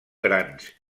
grans